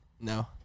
No